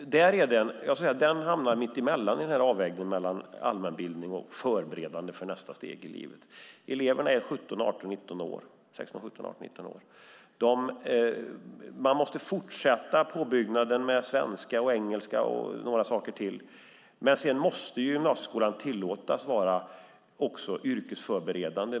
Den hamnar mitt emellan i avvägningen mellan allmänbildning och förberedande för nästa steg i livet. Eleverna är 16-19 år. Påbyggnaden med svenska och engelska och några saker till måste fortsätta, men gymnasieskolan måste också tillåtas vara yrkesförberedande.